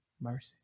mercy